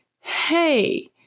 hey